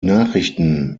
nachrichten